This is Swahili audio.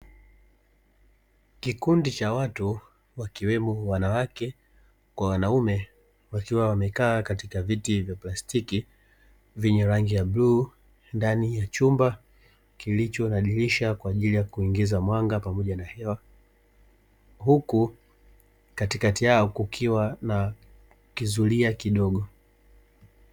Kikundi cha watu wakiwemo wanawake kwa wanaume, wakiwa wamekaa katika viti vya plastiki vyenye rangi ya bluu ndani ya chumba kilicho na dirisha kwaajili ya kuingiza mwanga pamoja na hewa, huku katikati yao kukiwa na kizulia kidogo